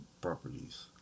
properties